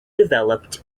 developed